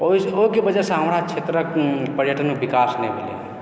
ओ ओहि के वजहसँ हमरा क्षेत्रक पर्यटनक विकास नहि भेलय